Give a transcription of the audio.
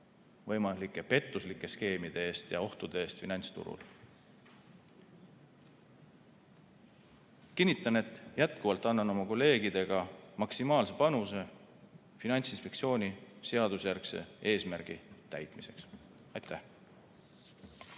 võimalike pettuslike skeemide eest ja ohtude eest finantsturul. Kinnitan, et jätkuvalt annan oma kolleegidega maksimaalse panuse Finantsinspektsiooni seadusjärgse eesmärgi täitmiseks. Aitäh!